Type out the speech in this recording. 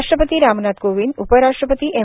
राष्ट्रपती रामनाथ कोविंद उपराष्ट्रपती एम